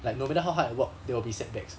like no matter how hard I work there will be setbacks